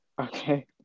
Okay